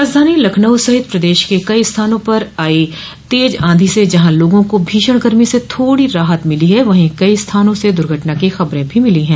राजधानी लखनऊ सहित प्रदेश के कई स्थानों पर आई तेज आंधी से जहां लोगों को भीषण गर्मी से थोड़ी राहत मिली है वही कई स्थानों से दुर्घटना की खबरें भी मिली है